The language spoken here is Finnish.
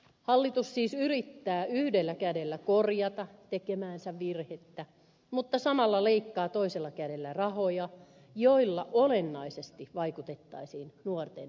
hallitus siis yrittää yhdellä kädellä korjata tekemäänsä virhettä mutta samalla leikkaa toisella kädellä rahoja joilla olennaisesti vaikutettaisiin nuorten hyvinvointiin